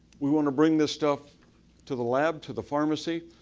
we wanna bring this stuff to the lab, to the pharmacy.